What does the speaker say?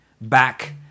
back